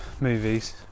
movies